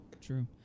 true